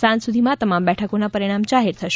સાંજ સુધીમાં તમામ બેઠકોના પરિણામ જાહેર થશે